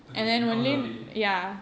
okay Abu Dhabi